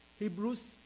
Hebrews